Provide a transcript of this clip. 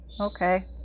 Okay